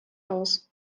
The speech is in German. aus